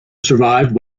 survived